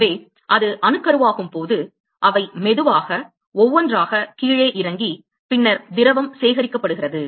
எனவே அது அணுக்கருவாகும் போது அவை மெதுவாக ஒவ்வொன்றாக கீழே இறங்கி பின்னர் திரவம் சேகரிக்கப்படுகிறது